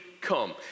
come